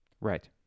Right